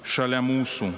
šalia mūsų